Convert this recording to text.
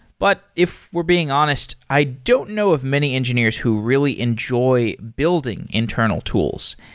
but if we're being honest, i don't know of many engineers who really enjoy building internal tools.